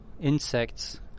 insects